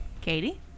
katie